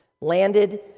landed